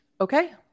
Okay